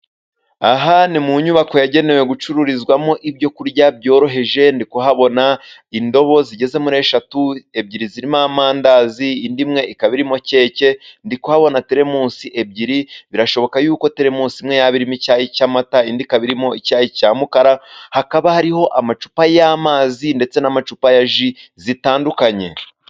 Aha ni mu nyubako yagenewe gucururizwamo ibyokurya byoroheje, ndikuhabona indobo zigeze muri eshatu, ebyiri zirimo amandazi, indi imwe ikaba irimo keke. Ndikuhabona teremusi ebyiri, birashoboka yuko terimusi imwe yaba irimo icyayi cy'amata, indi ikaba irimo icyayi cya mukaru. Hakaba hariho amacupa y'amazi ndetse n'amacupa ya ji zitandukanye.